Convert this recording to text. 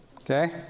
okay